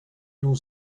non